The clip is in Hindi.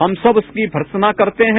हम सब उसकी भर्त्सना करते हैं